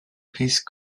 piece